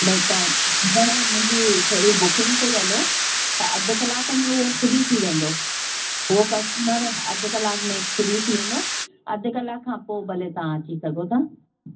ॿई तव्हां घणा मुंहिंजी थोरी बुकिंग पई हले त अधि कलाके में हो फ्री थी वेंदो हो कस्टमर अधि कलाकु में फ्री थिए वेंदो अध कलाकु खां पोइ भले तव्हां अची सघो था